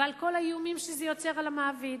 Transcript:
ועל כל האיומים שזה יוצר על המעביד,